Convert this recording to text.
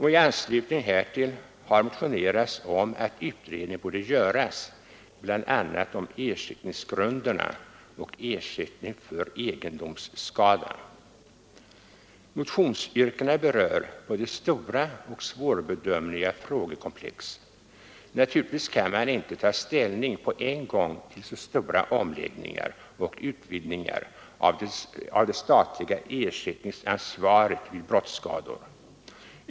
I anslutning härtill har motionerats om att utredning borde göras, bl.a. om ersättningsgrunderna och om ersättning för egendomsskada. Motionsyrkandena berör både stora och svårbedömda frågekomplex. Naturligtvis kan man inte ta ställning på en gång till så stora omläggningar och utvidgningar av det statliga ersättningsansvaret vid brottsskador.